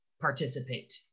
participate